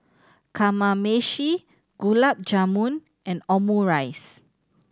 Kamameshi Gulab Jamun and Omurice